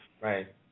Right